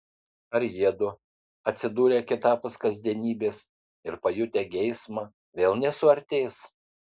ar jiedu atsidūrę kitapus kasdienybės ir pajutę geismą vėl nesuartės